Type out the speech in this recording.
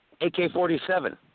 AK-47